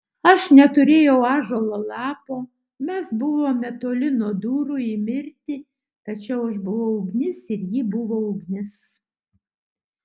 aš neturėjau ąžuolo lapo mes buvome toli nuo durų į mirtį tačiau aš buvau ugnis ir ji buvo ugnis